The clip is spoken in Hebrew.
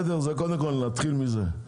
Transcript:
נתחיל מזה.